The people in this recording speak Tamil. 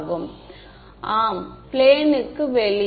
மாணவர் ஆம் பிளேன் க்கு வெளியே